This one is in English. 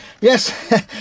Yes